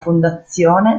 fondazione